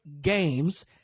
games